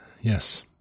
Yes